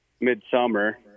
midsummer